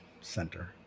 center